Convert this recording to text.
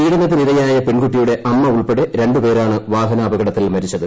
പീഡനത്തിനിരയായ പെൺകുട്ടിയുടെ അമ്മ ഉൾപ്പെടെ രണ്ട് പേരാണ് വാഹനാപകടത്തിൽ കൃമ്രിച്ചത്